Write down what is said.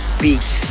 beats